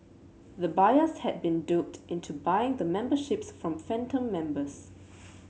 the buyers had been duped into buying the memberships from phantom members